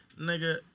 nigga